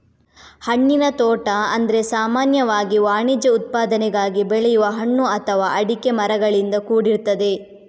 ಹಣ್ಣಿನ ತೋಟ ಅಂದ್ರೆ ಸಾಮಾನ್ಯವಾಗಿ ವಾಣಿಜ್ಯ ಉತ್ಪಾದನೆಗಾಗಿ ಬೆಳೆಯುವ ಹಣ್ಣು ಅಥವಾ ಅಡಿಕೆ ಮರಗಳಿಂದ ಕೂಡಿರ್ತದೆ